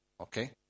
Okay